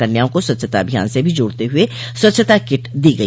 कन्याओं को स्वच्छता अभियान से भी जोड़ते हुए स्वच्छता किट दी गई